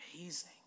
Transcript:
amazing